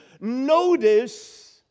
notice